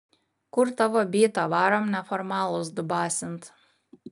kur tavo byta varom neformalus dubasint